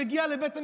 שהגיע לבית המשפט,